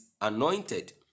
anointed